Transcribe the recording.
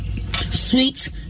sweet